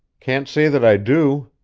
can't say that i do!